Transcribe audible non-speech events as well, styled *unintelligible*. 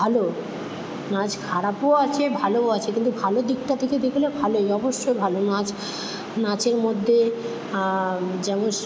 ভালো নাচ খারাপও আছে ভালোও আছে কিন্তু ভালো দিকটা থেকে দেখলে ভালোই অবশ্যই ভালো নাচ নাচের মধ্যে *unintelligible*